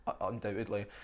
undoubtedly